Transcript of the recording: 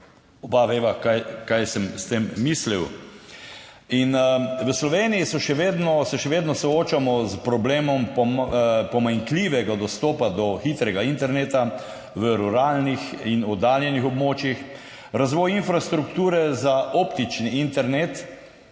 Oba veva, kaj sem s tem mislil. V Sloveniji se še vedno soočamo s problemom pomanjkljivega dostopa do hitrega interneta v ruralnih in oddaljenih območjih. Razvoj infrastrukture za optični internet,